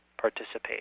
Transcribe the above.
participate